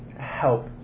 help